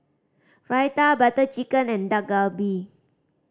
Raita Butter Chicken and Dak Galbi